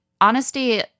honesty